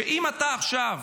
שאם אתה עכשיו